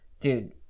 Dude